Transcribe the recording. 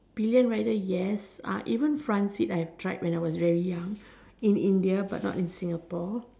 be a rider yes even front sit I have tried when I was very young in India but not in Singapore